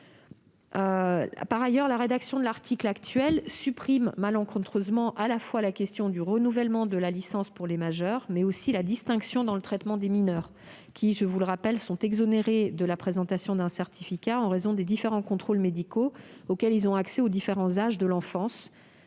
Par ailleurs, dans sa rédaction actuelle, l'article supprime malencontreusement non seulement la question du renouvellement de la licence pour les majeurs, mais aussi la distinction dans le traitement des mineurs. Or, je vous le rappelle, ceux-ci sont exonérés de la présentation d'un certificat médical en raison des différents contrôles médicaux auxquels ils ont accès aux différents âges de l'enfance,